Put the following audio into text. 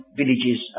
villages